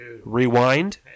Rewind